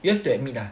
you have to admit ah